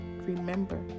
remember